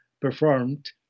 performed